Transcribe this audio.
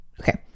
Okay